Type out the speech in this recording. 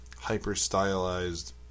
hyper-stylized